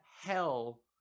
hell